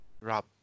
Rob